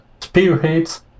spearheads